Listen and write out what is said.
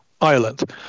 Ireland